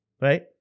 right